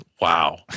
wow